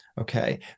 Okay